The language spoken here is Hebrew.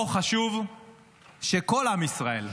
פה חשוב שכל עם ישראל,